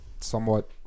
somewhat